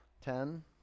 Ten